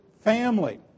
family